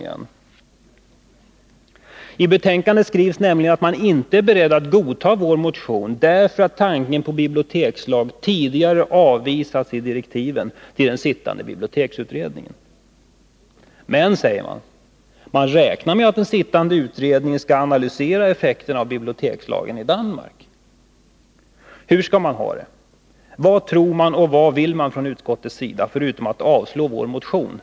I betänkandet skrivs nämligen att man inte är beredd att godta vår motion därför att tanken på bibliotekslag tidigare avvisats i direktiven till den sittande biblioteksutredningen — men att man räknar med att den sittande utredningen skall analysera effekterna av bibliotekslagen i Danmark. Hur skall utskottet ha det? Vad tror utskottet och vad vill utskottet, förutom att avslå vår motion?